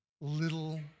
little